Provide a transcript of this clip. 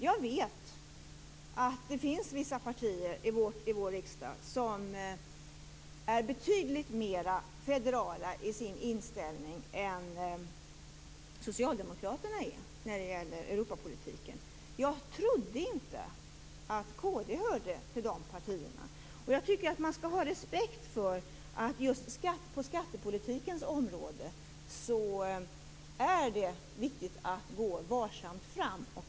Jag vet att det finns vissa partier i vår riksdag som är betydligt mera federala i sin inställning är socialdemokraterna är när det gäller Europapolitiken. Jag trodde inte att kd tillhörde de partierna. Jag tycker att man skall ha respekt för att det just på skattepolitikens område är viktigt att gå varsamt fram.